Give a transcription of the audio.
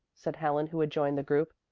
said helen who had joined the group.